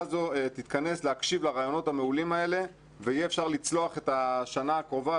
תתכנס להקשיב לרעיונות המעולים האלה ויהיה אפשר לצלוח את השנה הקרובה,